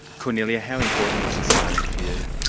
kornelia, how important was this moment for you?